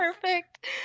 perfect